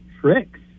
tricks